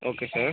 okay sir